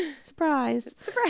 Surprise